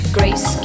Grace